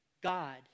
God